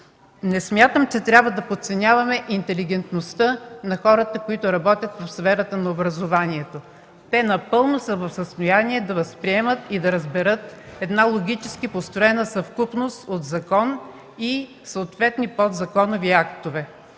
Не смятам, че трябва да подценяваме интелигентността на хората, които работят в сферата на образованието. Те напълно са в състояние да възприемат и да разберат една логически построена съвкупност от закон и съответни подзаконови актове.